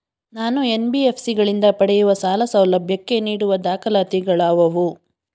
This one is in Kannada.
ನಾನು ಎನ್.ಬಿ.ಎಫ್.ಸಿ ಗಳಿಂದ ಪಡೆಯುವ ಸಾಲ ಸೌಲಭ್ಯಕ್ಕೆ ನೀಡುವ ದಾಖಲಾತಿಗಳಾವವು?